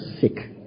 sick